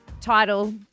title